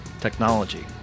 technology